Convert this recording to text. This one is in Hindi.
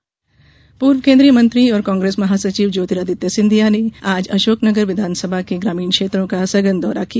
सिंधिया दौरा पूर्व केन्द्रीय मंत्री और काग्रेस महासचिव ज्योतिरादित्य सिंधिया ने आज अशोकनगर विधानसभा के ग्रामीण क्षेत्रों का सघन दौरा किया